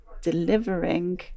delivering